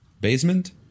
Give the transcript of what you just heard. basement